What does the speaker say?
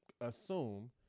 assume